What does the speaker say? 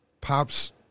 Pops